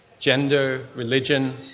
gender, religion,